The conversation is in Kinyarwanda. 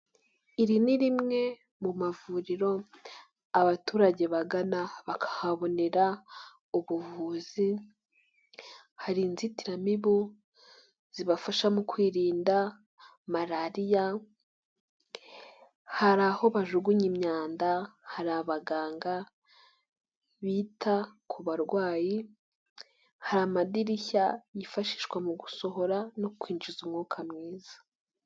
Iri ni rimwe mu mavuriro abaturage bagana bakahabonera ubuvuzi, hari inzitiramibu zibafasha mu kwirinda malariya, hari aho bajugunya imyanda, hari abaganga bita ku barwayi, hari amadirishya yifashishwa mu gusohora no kwinjiza umwuka mwiza.